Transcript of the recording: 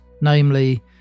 Namely